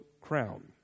crown